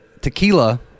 tequila